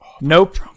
Nope